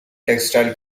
textile